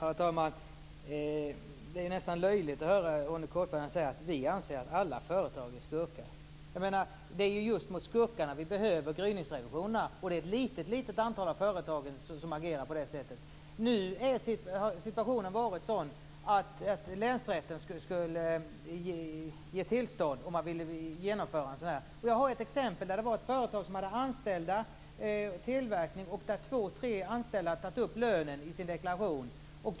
Herr talman! Det här är nästan löjligt. Ronny Korsberg säger att vi anser att alla företag är skurkar. Det är just mot skurkarna som vi behöver gryningsrevisionerna. Det är ett litet antal företag som det gäller. Det är länsrätten som ger tillstånd till genomförande av sådana revisioner. Låt mig ge ett exempel. Två eller tre anställda i ett tillverkningsföretag hade tagit upp lön från det i sin deklaration.